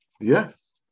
Yes